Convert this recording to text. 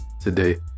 today